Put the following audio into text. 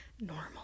normal